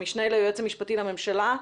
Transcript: המשנה ליועץ המשפטי לממשלה,